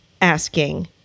asking